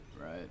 Right